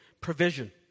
provision